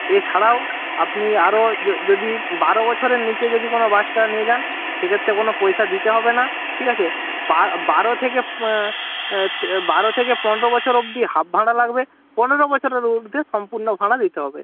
এছাড়াও আপনি আরো যদি বারো বছরের নিচে যদি কোনো বাচ্চা নিয়ে যান সে ক্ষেত্রে কোনো পয়সা দিতে হবে না ঠিক আছে বারো থেকে বারো থেকে পনেরো বছর অবধি হাফ ভাড়া লাগবে পনেরো বছরের ঊর্ধ্বে সম্পূর্ণ ভাড়া দিতে হবে